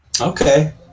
Okay